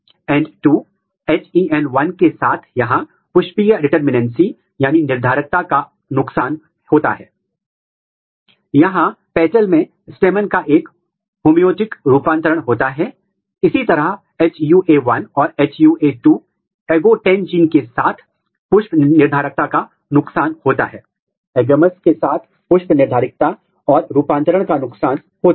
इसलिए यदि आप एक ऊतक में प्रोटीन का पता लगाना चाहते हैं या यदि आप स्थानिक स्पेसीएल और टेंपोरल अस्थायी स्थानीयकरण प्रोटीन का पता लगाना चाहते हैं तो आप सीटू संकरण में प्रोटीन का प्रदर्शन कर सकते हैं जिसे इम्यूनोहिस्टोकेमिस्ट्री भी कहा जाता है और आप क्या कर सकते हैं